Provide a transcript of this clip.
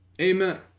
Amen